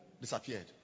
disappeared